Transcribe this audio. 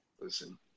listen